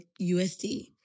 USD